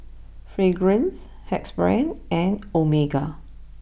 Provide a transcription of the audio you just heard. Fragrance Axe Brand and Omega